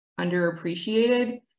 underappreciated